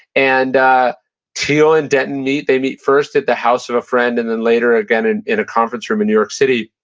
and ah thiel and denton meet. they meet first at the house of a friend, and then later again in in a conference room in new york city.